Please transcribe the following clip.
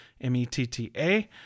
M-E-T-T-A